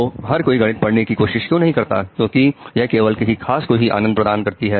तो हर कोई गणित पढ़ने की कोशिश क्यों नहीं करता है क्योंकि यह केवल किसी खास को ही आनंद प्रदान करती है